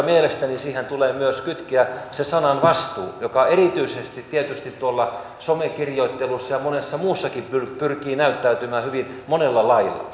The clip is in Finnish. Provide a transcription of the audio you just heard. mielestäni siihen tulee myös kytkeä se sananvastuu joka erityisesti tietysti tuolla some kirjoittelussa ja monessa muussakin pyrkii näyttäytymään hyvin monella lailla